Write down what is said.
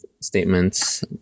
statements